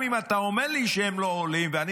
גם אם אתה אומר לי שהם לא עולים ואני